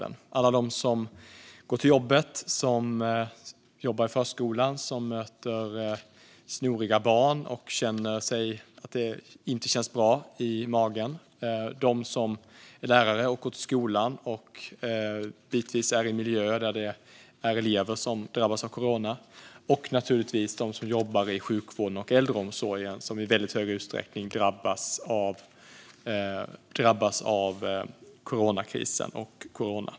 Den märks för alla dem som går till jobbet - för dem som jobbar i förskolan, möter snoriga barn och känner att det inte känns bra i magen, för dem som är lärare, går till skolan och bitvis är i miljöer där det finns elever som drabbas av corona och naturligtvis för dem som jobbar i sjukvården och äldreomsorgen, som i väldigt hög utsträckning drabbas av coronakrisen och corona.